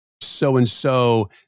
so-and-so